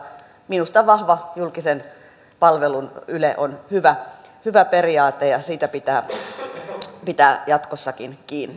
minusta vahva julkisen palvelun yle on hyvä periaate ja siitä pitää pitää jatkossakin kiinni